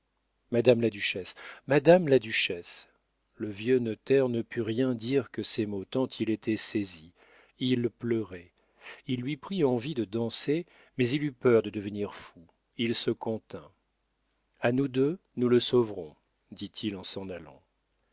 madame la duchesse madame la duchesse le vieux notaire ne put rien dire que ces mots tant il était saisi il pleurait il lui prit envie de danser mais il eut peur de devenir fou il se contint a nous deux nous le sauverons dit-il en s'en allant